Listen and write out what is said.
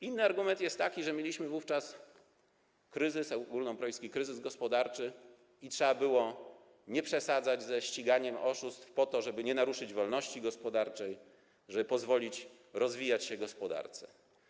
Inny argument jest taki, że mieliśmy wówczas kryzys ogólnoeuropejski, kryzys gospodarczy i nie trzeba było przesadzać ze ściganiem oszustw po to, żeby nie naruszyć wolności gospodarczej, żeby pozwolić rozwijać się gospodarce.